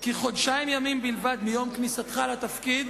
כי חודשיים ימים בלבד מיום כניסתך לתפקיד